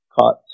caught